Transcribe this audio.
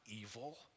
evil